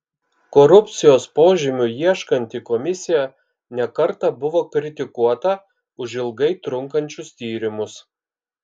korupcijos požymių ieškanti komisija ne kartą buvo kritikuota už ilgai trunkančius tyrimus